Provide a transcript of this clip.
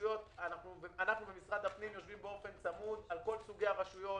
אנחנו ומשרד הפנים יושבים באופן צמוד על כל סוגי הרשויות: